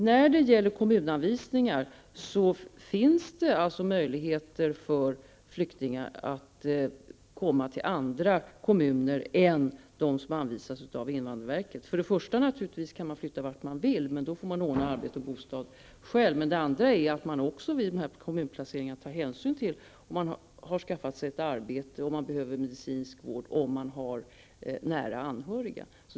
Vid kommunanvisningar finns emellertid möjligheter för flyktingar att komma till andra kommuner än dem som anvisas av invandrarverket. Man kan naturligtvis flytta vart man vill om man ordnar arbete och bostad själv. Vid kommunplaceringen kan hänsyn också tas till om man har skaffat sig ett arbete, om man behöver medicinsk vård eller om man har nära anhöriga.